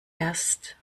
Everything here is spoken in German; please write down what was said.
erst